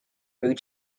food